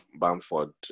Bamford